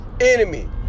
Enemy